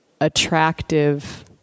attractive